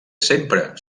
sempre